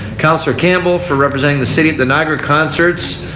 counsellor campbell for representing the city at the niagra concerts.